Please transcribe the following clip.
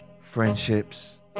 Friendships